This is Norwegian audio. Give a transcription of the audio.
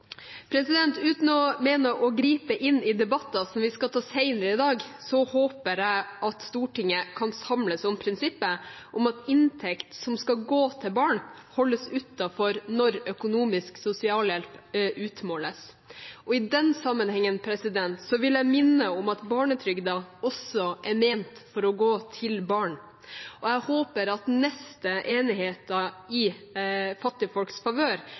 Uten å mene å gripe inn i debatter som vi skal ta senere i dag, håper jeg at Stortinget kan samles om prinsippet om at inntekt som skal gå til barn, holdes utenfor når økonomisk sosialhjelp utmåles. I den sammenhengen vil jeg minne om at barnetrygden også er ment å gå til barn, og jeg håper at neste enigheter i fattigfolks favør